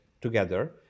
together